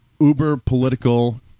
uber-political